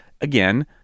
again